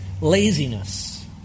laziness